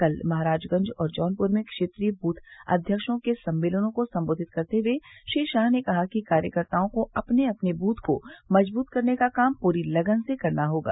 कल महराजगंज और जौनपुर में क्षेत्रीय दृथ अध्यक्षों के सम्मेलनों को संबोधित करते हए श्री शाह ने कहा कि कार्यकर्ताओं को अपने अपने दृथ को मजबूत करने का काम पूरी लगन से करना होगा